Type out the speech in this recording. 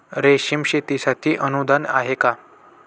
रेशीम शेतीसाठी अनुदान आहे का?